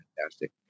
fantastic